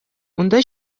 унта